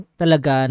talaga